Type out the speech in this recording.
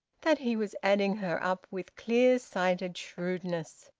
that he was adding her up with clear-sighted shrewdness.